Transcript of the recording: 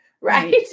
Right